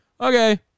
Okay